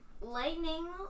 Lightning